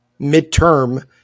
midterm